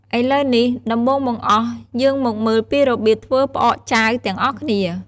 ឥឡូវនេះ ដំបូងបង្អស់ យើងមកមើលពីរបៀបធ្វើផ្អកចាវទាំងអស់គ្នា។